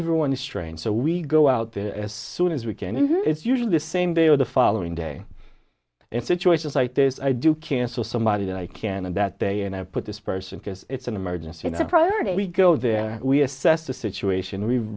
everyone is trained so we go out there as soon as we can even if usually the same day or the following day in situations like this i do cancel somebody that i can and that day and i put this person because it's an emergency priority we go there we assess the situation we